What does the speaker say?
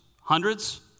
Hundreds